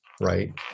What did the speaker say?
right